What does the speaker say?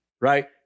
right